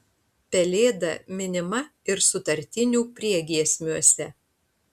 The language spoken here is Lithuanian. pelėda minima ir sutartinių priegiesmiuose